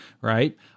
right